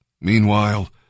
Meanwhile